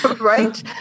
Right